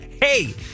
hey